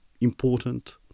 important